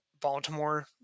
Baltimore